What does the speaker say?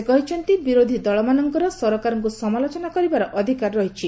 ସେ କହିଛନ୍ତି ବିରୋଧୀ ଦଳମାନଙ୍କର ସରକାରଙ୍କୁ ସମାଲୋଚନା କରିବାର ଅଧିକାର ରହିଛି